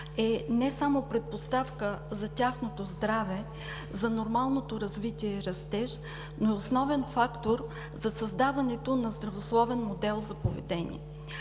е не само предпоставка за тяхното здраве, за нормалното развитие и растеж, но основен фактор за създаването на здравословен модел за поведение.